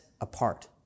apart